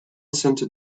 center